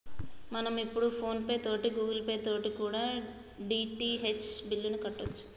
మనం ఇప్పుడు PhonePe తోటి గూగుల్ పే తోటి కూడా డి.టి.హెచ్ బిల్లుని కట్టొచ్చు